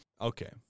Okay